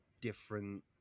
different